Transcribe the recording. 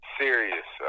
serious